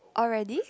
already